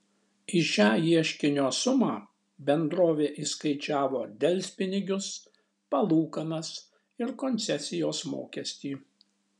į šią ieškinio sumą bendrovė įskaičiavo delspinigius palūkanas ir koncesijos mokestį